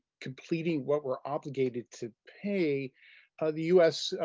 completing what we're obligated to pay the us,